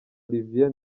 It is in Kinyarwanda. olivier